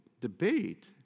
debate